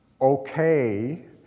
okay